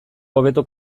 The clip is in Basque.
hobeto